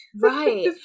Right